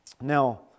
Now